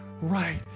right